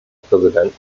präsident